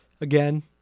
Again